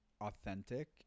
authentic